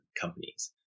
companies